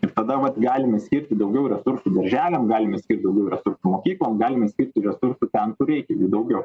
ir tada vat galime skirti daugiau resursų darželiam galime skirt daugiau resursų mokyklom galime skirti resursų ten kur reikia jų daugiau